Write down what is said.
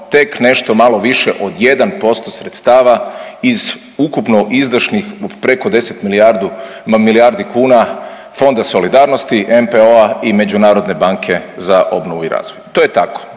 tek nešto malo više od 1% sredstava iz ukupno izdašnih preko 10 milijardu, milijardi kuna Fonda solidarnosti, NPOO-a i Međunarodne banke za obnovu i razvoj. To je tako,